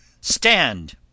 Stand